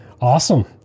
Awesome